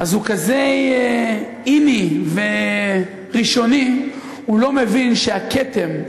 אז הוא כזה "איני" וראשוני, הוא לא מבין שהכתם,